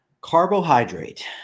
carbohydrate